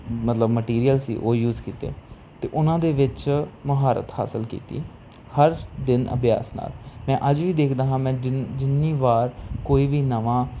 ਮਤਲਬ ਮਟੀਰੀਅਲ ਸੀ ਉਹ ਯੂਜ਼ ਕੀਤੇ ਅਤੇ ਉਨ੍ਹਾਂ ਦੇ ਵਿੱਚ ਮਹਾਰਤ ਹਾਸਲ ਕੀਤੀ ਹਰ ਦਿਨ ਅਭਿਆਸ ਨਾਲ ਮੈਂ ਅੱਜ ਵੀ ਦੇਖਦਾ ਹਾਂ ਮੈਂ ਜਿੰਨ ਜਿੰਨੀ ਵਾਰ ਕੋਈ ਵੀ ਨਵਾਂ